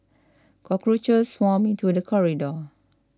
cockroaches swarmed into the corridor